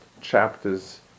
chapters